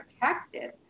protected